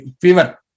fever